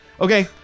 Okay